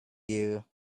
you